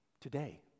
today